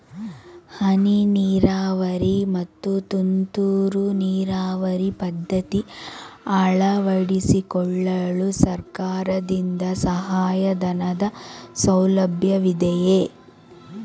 ಹನಿ ನೀರಾವರಿ ಮತ್ತು ತುಂತುರು ನೀರಾವರಿ ಪದ್ಧತಿ ಅಳವಡಿಸಿಕೊಳ್ಳಲು ಸರ್ಕಾರದಿಂದ ಸಹಾಯಧನದ ಸೌಲಭ್ಯವಿದೆಯೇ?